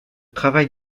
travail